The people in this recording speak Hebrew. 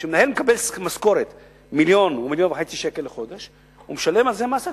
כשמנהל מקבל משכורת 1.5 מיליון שקל בחודש הוא משלם על זה מס הכנסה,